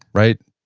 right.